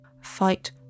Fight